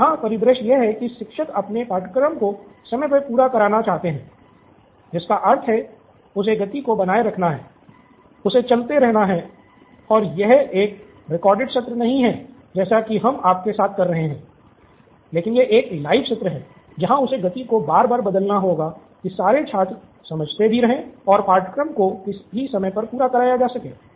तो यहाँ परिदृश्य यह है कि शिक्षक अपने पाठ्यक्रम को समय पर पूरा करना चाहता है जिसका अर्थ है कि उसे गति को बनाए रखना है उसे चलते रहना है और यह एक रिकॉर्डेड सत्र नहीं है जैसा कि हम आपके साथ कर रहे हैं लेकिन यह एक है लाइव सत्र जहां उसे गति को बार बार बदलना होगा कि सारे छात्र समझते भी रहे और पाठ्यक्रम को भी समय पर पूरा कराया जा सके